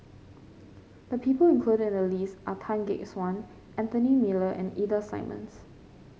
the people included in the list are Tan Gek Suan Anthony Miller and Ida Simmons